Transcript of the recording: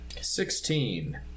Sixteen